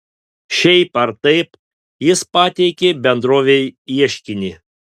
šiaip ar taip jis pateikė bendrovei ieškinį